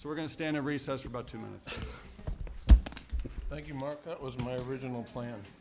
so we're going to stand in recess for about two minutes thank you mark that was my original plan